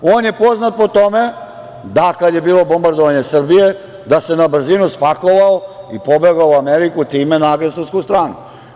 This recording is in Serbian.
On je poznat po tome da kada je bilo bombardovanje Srbije da se na brzinu spakovao i pobegao u Ameriku, time na agresorsku stranu.